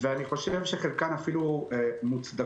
ואני חושב שחלקן אפילו מוצדקות,